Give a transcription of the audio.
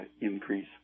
increase